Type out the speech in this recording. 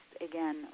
again